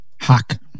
Hack